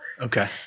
Okay